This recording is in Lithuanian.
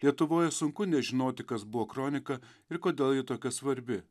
lietuvoje sunku nežinoti kas buvo kronika ir kodėl ji tokia svarbi